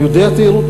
אני יודע תיירות,